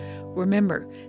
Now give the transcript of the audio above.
remember